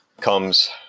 comes